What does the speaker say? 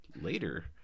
later